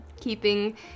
keeping